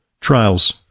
trials